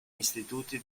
istituti